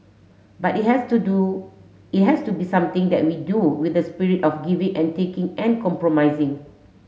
but it has to do it has to be something that we do with the spirit of giving and taking and compromising